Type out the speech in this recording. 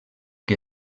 que